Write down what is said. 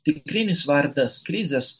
tikrinis vardas krizas